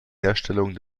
herstellung